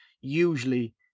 usually